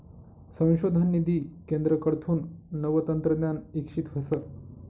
संशोधन निधी केंद्रकडथून नवं तंत्रज्ञान इकशीत व्हस